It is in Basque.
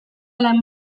lan